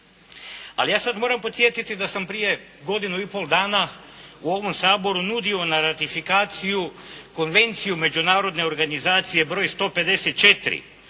Ali ja sada moram podsjetiti da sam prije godinu i pol dana u ovom Saboru nudio na ratifikaciju Konvenciju međunarodne organizacije broj 154.